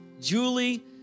Julie